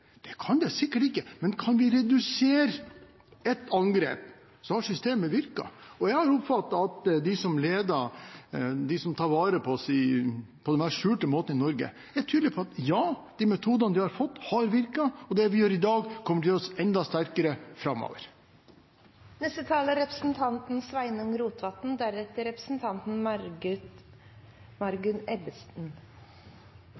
lovverket kan forhindre det. Det kan det sikkert ikke. Men kan vi redusere ett angrep, har systemet virket. Og jeg har oppfattet at de som tar vare på oss på denne skjulte måten i Norge, er tydelige på at ja, de metodene de har fått, har virket, og det vi gjør i dag, kommer til å gjøre oss enda sterkere